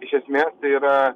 iš esmės tai yra